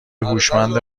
هوشمند